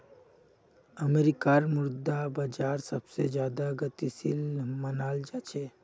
अमरीकार मुद्रा बाजार सबसे ज्यादा गतिशील मनाल जा छे